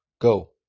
go